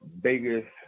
biggest –